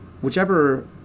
Whichever